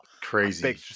Crazy